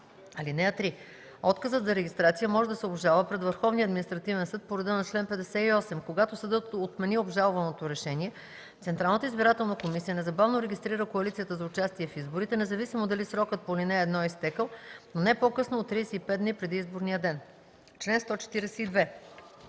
(3) Отказът за регистрация може да се обжалва пред Върховния административен съд по реда на чл. 58. Когато съдът отмени обжалваното решение, Централната избирателна комисия незабавно регистрира коалицията за участие в изборите, независимо дали срокът по ал. 1 е изтекъл, но не по-късно от 35 дни преди изборния ден. По чл.